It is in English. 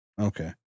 Okay